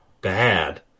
bad